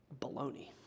Baloney